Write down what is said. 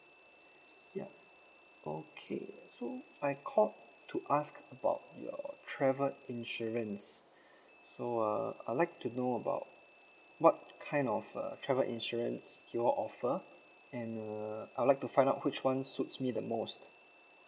ya okay so I called to ask about your travel insurance so err I would like to know about what kind of uh travel insurance you all offer and err I'd like to find out which one suits me the most